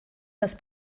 das